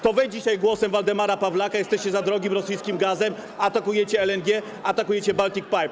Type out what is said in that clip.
To wy dzisiaj głosem Waldemara Pawlaka jesteście za drogim rosyjskim gazem, atakujecie LNG, atakujecie Baltic Pipe.